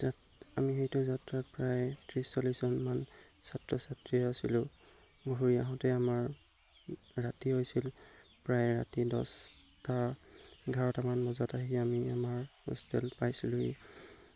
আমি সেইটো যাত্ৰাত প্ৰায় ত্ৰিছ চল্লিছজনমান ছাত্ৰ ছাত্ৰী আছিলোঁ ঘূৰি আহোঁতে আমাৰ ৰাতি হৈছিল প্ৰায় ৰাতি দহটা এঘাৰটামান বজাত আহি আমি আমাৰ হোষ্টেল পাইছিলোঁহি